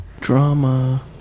drama